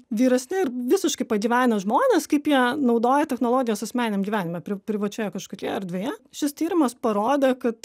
vyresni ir visiškai pagyvenę žmonės kaip jie naudoja technologijas asmeniniam gyvenime pri privačioje kažkokioje erdvėje šis tyrimas parodė kad